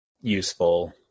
useful